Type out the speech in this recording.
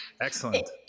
Excellent